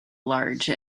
large